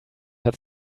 hat